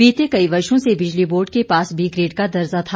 बीते कई वर्षों से बिजली बोर्ड के पास बी ग्रेड का दर्जा था